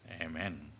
amen